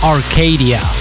Arcadia